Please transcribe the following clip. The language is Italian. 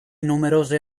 numerose